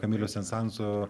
kamilio sensanso